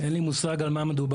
אין לי מושג על מה מדובר,